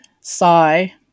sigh